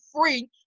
free